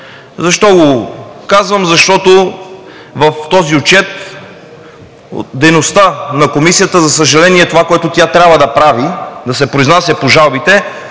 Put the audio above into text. Защо го казвам? Защото в този отчет на дейността на Комисията, за съжаление, това, което трябва да прави – да се произнася по жалбите,